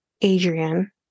Adrian